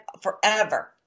forever